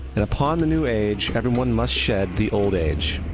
and upon the new age, everyone must shed the old age.